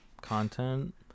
content